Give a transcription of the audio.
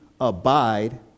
abide